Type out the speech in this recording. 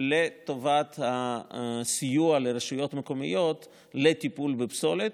לטובת הסיוע לרשויות מקומיות לטיפול בפסולת,